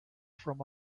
from